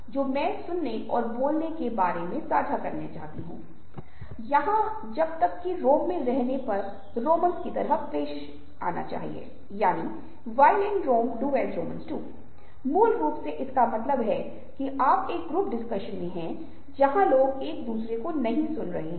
अब आप उस विस्तृत कवरेज को देखते हैं जो सहानुभूति के बारे में महत्वाकांक्षी है सहानुभूति के बारे में नहीं छोटी चीजों के बारे में सोचते हैं लेकिन साथ में बड़े निर्माण के बारे में बड़ी चिंताएं बड़ी चीजों के बारे में और मानव जाति के अधिक अच्छे के बारे में सहानुभूति रखते है